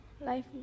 life